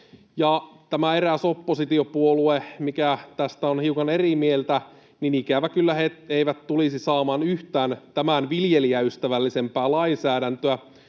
Tämä eräs oppositiopuolue, mikä tästä on hiukan eri mieltä, ikävä kyllä ei tulisi saamaan yhtään tämän viljelijäystävällisempää lainsäädäntöä.